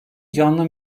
canlı